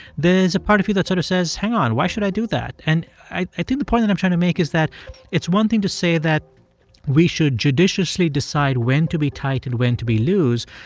there's a part of you that sort of says hang on, why should i do that? and i think the point that i'm trying to make is that it's one thing to say that we should judiciously decide when to be tight and when to be loose.